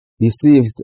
received